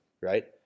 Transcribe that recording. right